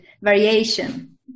variation